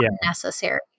unnecessary